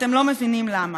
אתם לא מבינים למה,